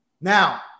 Now